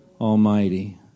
Almighty